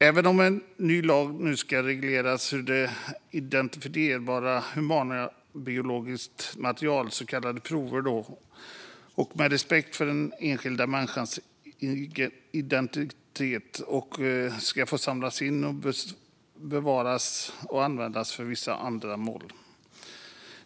Även den nya lagen ska reglera hur identifierbart humanbiologiskt material, så kallade prover, med respekt för den enskilda människans integritet ska få samlas in, bevaras och användas för vissa ändamål.